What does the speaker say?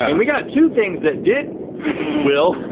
and we got two things that did will.